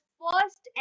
first